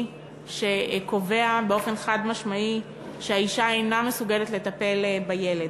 שקובע באופן חד-משמעי שהאישה אינה מסוגלת לטפל בילד.